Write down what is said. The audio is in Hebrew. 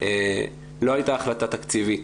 לא הייתה החלטה תקציבית